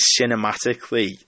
cinematically